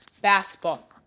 Basketball